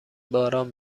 باران